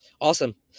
Awesome